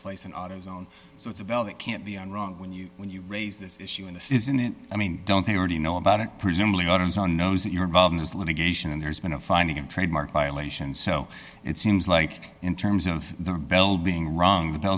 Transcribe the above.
place in auto zone so it's a bell that can't be on wrong when you when you raise this issue in this isn't it i mean don't they already know about it presumably others on knows that you're involved in this litigation and there's been a finding of trademark violation so it seems like in terms of the rebel being rung